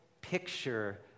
picture